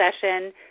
session